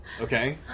Okay